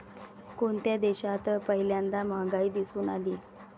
कोणत्या देशात पहिल्यांदा महागाई दिसून आली?